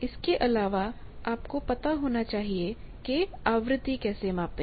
इसके अलावा आपको पता होना चाहिए कि आवृत्ति कैसे मापें